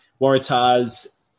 Waratah's